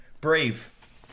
Brave